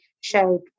showed